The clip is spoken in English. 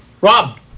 rob